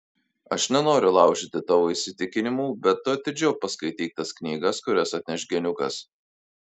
aš nenoriu laužyti tavo įsitikinimų bet tu atidžiau paskaityk tas knygas kurias atneš geniukas